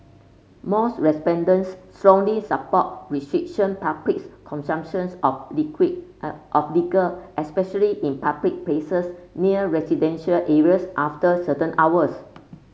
most respondents strongly support restriction public's consumptions of liquid of liquor especially in public places near residential areas after certain hours